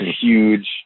huge